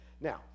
Now